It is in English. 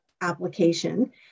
application